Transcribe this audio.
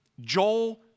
Joel